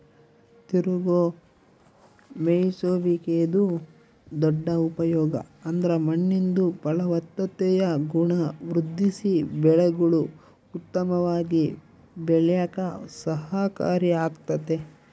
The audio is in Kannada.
ತಿರುಗೋ ಮೇಯ್ಸುವಿಕೆದು ದೊಡ್ಡ ಉಪಯೋಗ ಅಂದ್ರ ಮಣ್ಣಿಂದು ಫಲವತ್ತತೆಯ ಗುಣ ವೃದ್ಧಿಸಿ ಬೆಳೆಗುಳು ಉತ್ತಮವಾಗಿ ಬೆಳ್ಯೇಕ ಸಹಕಾರಿ ಆಗ್ತತೆ